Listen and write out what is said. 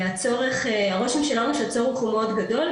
הרושם שלנו שהצורך מאוד גדול,